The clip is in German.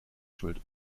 schuld